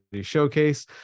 showcase